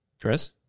Chris